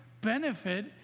benefit